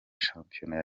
shampiyona